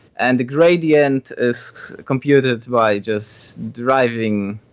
and the gradient is computed by just deriving,